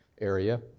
area